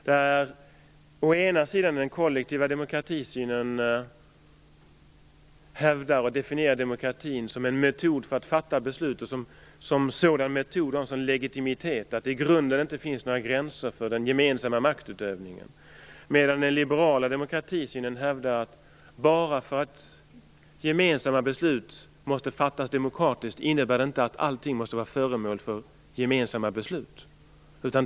Den kollektiva demokratisynen definierar demokratin som en metod att fatta beslut med sådan legitimitet att det i grunden inte finns några gränser för den gemensamma maktutövningen. Den liberala demokratisynen hävdar att bara det att gemensamma beslut måste fattas demokratiskt inte innebär att allting måste vara föremål för gemensamma beslut.